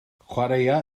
chwaraea